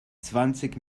zwanzig